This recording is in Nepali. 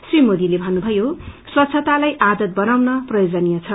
श्री मोदीले थन्नुभयो स्वच्छतालाई आदत बनाउन प्रयोजनीय छ